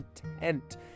content